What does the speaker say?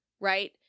right